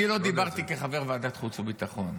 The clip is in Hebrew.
אני לא דיברתי כחבר ועדת חוץ וביטחון,